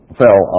fell